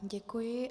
Děkuji.